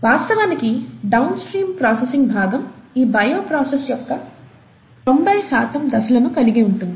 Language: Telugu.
వాస్తవానికి డౌన్ స్ట్రీమ్ ప్రాసెసింగ్ భాగం ఈ బయోప్రాసెస్ యొక్క 90 శాతం దశలను కలిగి ఉంటుంది